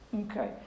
okay